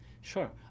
Sure